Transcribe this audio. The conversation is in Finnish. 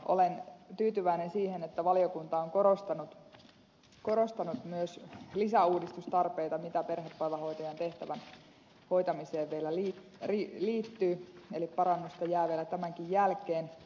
olen tyytyväinen siihen että valiokunta on korostanut myös lisäuudistustarpeita mitä perhepäivähoitajan tehtävän hoitamiseen vielä liittyy eli parannettavaa jää vielä tämänkin jälkeen